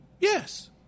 Yes